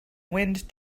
wind